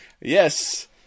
Yes